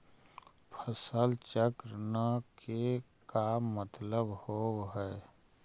फसल चक्र न के का मतलब होब है?